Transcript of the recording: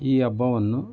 ಈ ಹಬ್ಬವನ್ನು